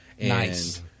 Nice